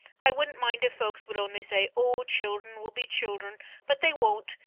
i wouldn't mind if folks would only say, oh, childern will be childern but they won't.